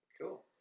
Cool